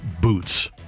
boots